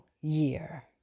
year